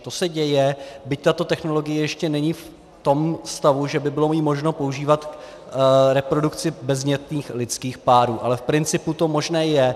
To se děje, byť tato technologie ještě není v tom stavu, že by ji bylo možno používat k reprodukci bezdětných lidských párů, ale v principu to možné je.